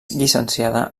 llicenciada